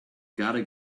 gotta